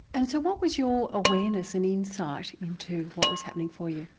and so what was your awareness and insight into what was happening for you?